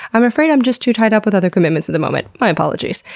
i'm afraid i'm just too tied up with other commitments at the moment. my apologies.